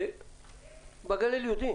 בגליל יודעים